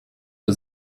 für